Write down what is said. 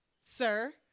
Sir